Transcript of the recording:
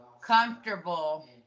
comfortable